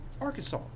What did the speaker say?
Arkansas